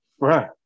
Right